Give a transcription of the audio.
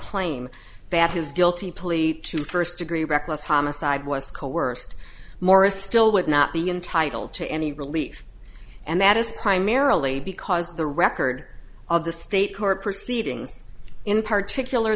claim that his guilty plea to first degree reckless homicide was coerced morris still would not be entitled to any relief and that is primarily because the record of the state court proceedings in particular